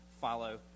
follow